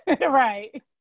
Right